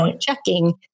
checking